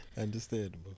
Understandable